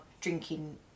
drinking